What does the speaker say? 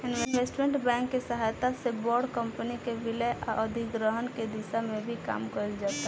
investment bank के सहायता से बड़ कंपनी के विलय आ अधिग्रहण के दिशा में भी काम कईल जाता